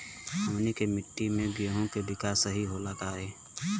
हमनी के मिट्टी में गेहूँ के विकास नहीं होला काहे?